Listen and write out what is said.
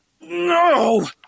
No